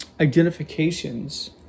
identifications